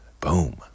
boom